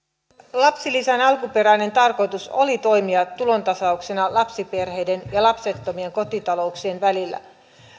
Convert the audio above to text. lapsilisän alkuperäinen tarkoitus oli toimia tulontasauksena lapsiperheiden ja lapsettomien kotitalouksien välillä